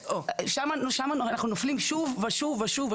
שם אנחנו נופלים שוב ושוב.